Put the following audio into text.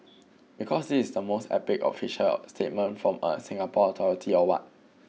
because this is the most epic official statement from a Singapore authority or what